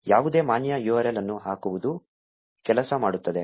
ಯಾವುದೇ ಮಾನ್ಯ URL ಅನ್ನು ಹಾಕುವುದು ಕೆಲಸ ಮಾಡುತ್ತದೆ